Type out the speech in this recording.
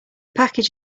package